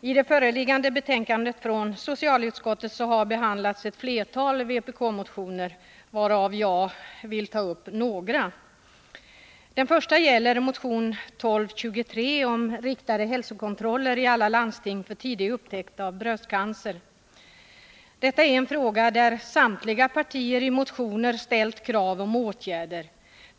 I det föreliggande betänkandet från socialutskottet har behandlats ett flertal vpk-motioner, varav jag vill ta upp några. Det gäller först motion 1223 om riktade hälsokontroller i alla landsting för tidig upptäckt av bröstcancer. Detta är en fråga där samtliga partier i motioner har ställt krav på åtgärder.